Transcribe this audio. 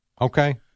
okay